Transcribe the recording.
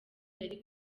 yari